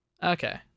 Okay